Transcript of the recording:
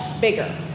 bigger